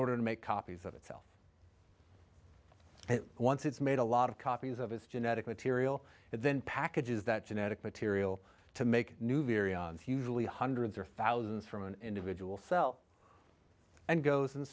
order to make copies of itself once it's made a lot of copies of his genetic material and then packages that genetic material to make new variants usually hundreds or thousands from an individual cell and goes and